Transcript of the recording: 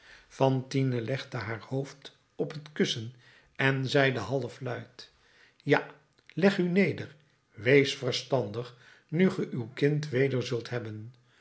fantine legde haar hoofd op t kussen en zeide halfluid ja leg u neder wees verstandig nu ge uw kind weder zult hebben